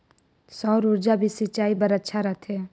सौर ऊर्जा भी सिंचाई बर अच्छा रहथे?